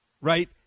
Right